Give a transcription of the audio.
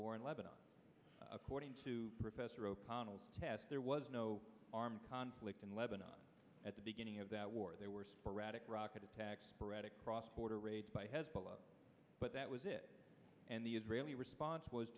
war in lebanon according to professor o'connell test there was no armed conflict in lebanon at the beginning of that war there were sporadic rocket attacks sporadic cross border raids by hezbollah but that was it and the israeli response was